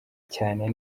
cyane